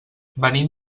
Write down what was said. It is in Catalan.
venim